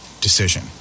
decision